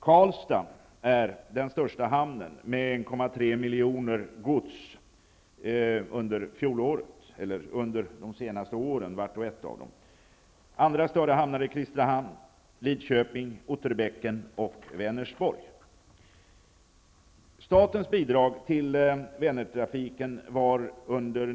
Karlstad är den största hamnen, med 1,3 miljoner gods under vart och ett av de senaste åren.